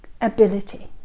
ability